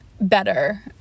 better